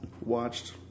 watched